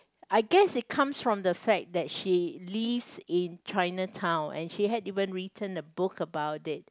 I guess it comes from the fact that she lives in China town and she had even written a book about it